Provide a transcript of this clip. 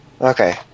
okay